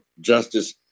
justice